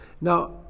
Now